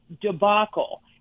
debacle